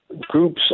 groups